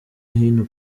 hino